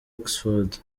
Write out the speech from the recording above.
oxford